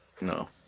No